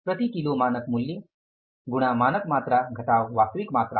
प्रति किलो मानक मूल्य गुणा मानक मात्रा घटाव वास्तविक मात्रा